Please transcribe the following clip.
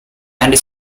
andy